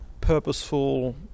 purposeful